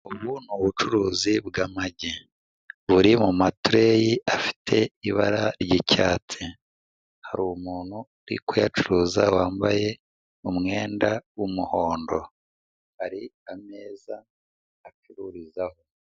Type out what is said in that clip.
Ubu ni ubucuruzi bw'amagi, buri mu matireyi afite ibara ry'icyatsi, hari umuntu uri kuyacuruza wambaye umwenda w'umuhondo, hari ameza acururizaho.